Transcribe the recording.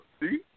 See